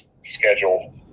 schedule